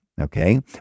Okay